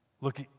Look